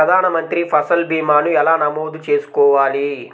ప్రధాన మంత్రి పసల్ భీమాను ఎలా నమోదు చేసుకోవాలి?